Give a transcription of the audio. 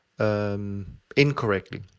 Incorrectly